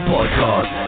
Podcast